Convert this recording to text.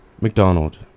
McDonald